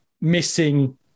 missing